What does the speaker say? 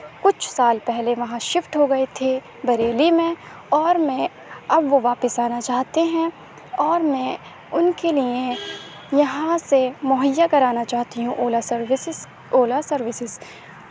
کچھ سال پہلے وہاں شفٹ ہو گئے تھے بریلی میں اور میں اب وہ واپس آنا چاہتے ہیں اور میں ان کے لیے یہاں سے مہیا کرانا چاہتی ہوں اولا سروسز اولا سروسز